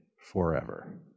forever